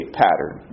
pattern